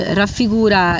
raffigura